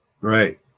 Right